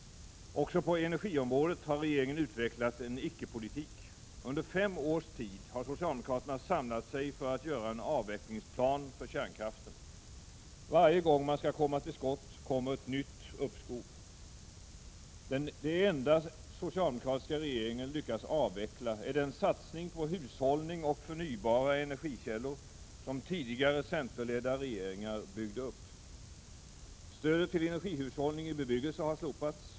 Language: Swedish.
Också på energiområdet har regeringen utvecklat en icke-politik. Under fem års tid har socialdemokraterna samlat sig för att göra en plan för avveckling av kärnkraften. Varje gång de skall komma till skott kommer ett nytt uppskov. Det enda den socialdemokratiska regeringen har lyckats avveckla är den satsning på hushållning och förnybara energikällor som tidigare centerledda regeringar gjorde. Stödet till energihushållning i bebyggelse har slopats.